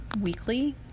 weekly